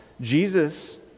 Jesus